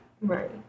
Right